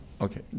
okay